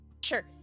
Sure